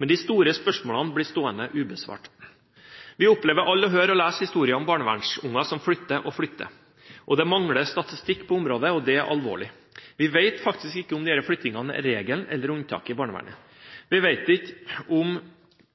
Men de store spørsmålene blir stående ubesvart. Vi opplever alle å høre og lese historier om barnevernsbarn som flytter og flytter. Det mangler statistikk på området, og det er alvorlig. Vi vet faktisk ikke om disse flyttingene er regelen eller unntaket i barnevernet. Vi vet ikke om